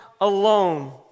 alone